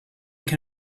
can